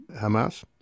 Hamas